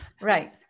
Right